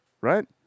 right